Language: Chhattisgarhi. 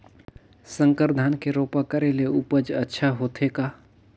संकर धान के रोपा करे ले उपज अच्छा होथे का?